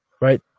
right